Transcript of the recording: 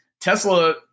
Tesla